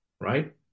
Right